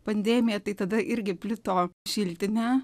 pandemija tai tada irgi plito šiltinė